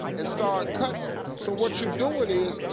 and start cuttin' it. so what you're doin' is,